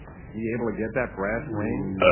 be able to get that brass ring,